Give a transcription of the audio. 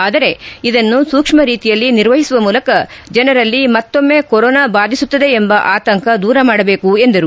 ಆದರೆ ಇದನ್ನು ಸೂಕ್ಷ್ಮ ರೀತಿಯಲ್ಲಿ ನಿರ್ವಹಿಸುವ ಮೂಲಕ ಜನರಲ್ಲಿ ಮತ್ತೊಮ್ನೆ ಕೊರೋನ ಬಾಧಿಸುತ್ತದೆ ಎಂಬ ಆತಂಕ ದೂರ ಮಾಡಬೇಕು ಎಂದರು